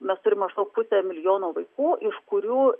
mes turime maždaug pusę milijono vaikų iš kurių